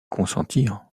consentir